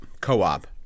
co-op